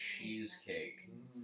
cheesecake